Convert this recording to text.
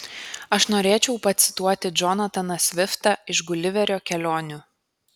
aš norėčiau pacituoti džonataną sviftą iš guliverio kelionių